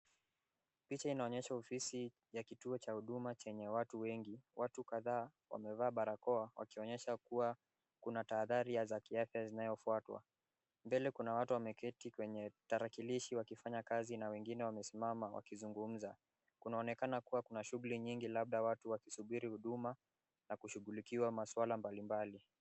Picha inaonyesha ofisi ya kituo cha huduma chenye watu wengi. Watu kadhaa wamevaa barakoa wakionyesha kuwa kuna tahadhari za kiafya zinazofuatwa. Mbele Kuna watu wameketi kwenye tarakilishi wakifanya kazi na wengine wamesimama wakizungumza. Kunaonekana kuwa kuna shughuli mingi labda watu wakisubiri huduma na kushughulikiwa maswala mbalimbali.